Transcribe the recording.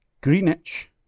Greenwich